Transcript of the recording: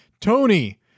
Tony